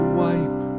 wipe